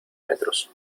metros